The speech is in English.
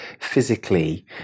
physically